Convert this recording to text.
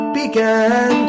began